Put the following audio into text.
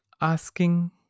asking